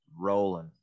rolling